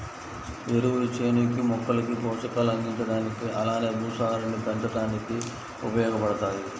ఎరువులు చేనుకి, మొక్కలకి పోషకాలు అందించడానికి అలానే భూసారాన్ని పెంచడానికి ఉపయోగబడతాయి